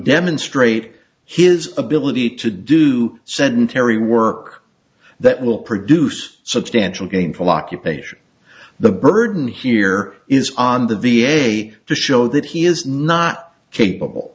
demonstrate his ability to do send terry work that will produce substantial gainful occupation the burden here is on the v a to show that he is not capable